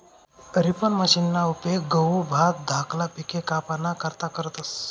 reaper मशिनना उपेग गहू, भात धाकला पिके कापाना करता करतस